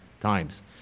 times